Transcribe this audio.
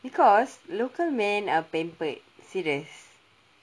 because local man are pampered serious